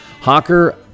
Hawker